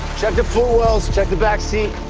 check the footwells. check the back seat.